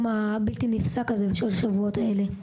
הבלתי נפסק במשך שלוש השבועות האלה.